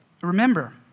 Remember